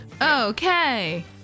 okay